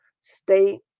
state